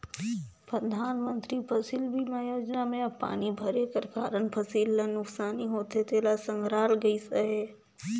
परधानमंतरी फसिल बीमा योजना में अब पानी भरे कर कारन फसिल ल नोसकानी होथे तेला संघराल गइस अहे